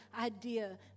idea